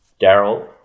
Daryl